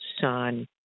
son